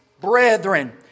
Brethren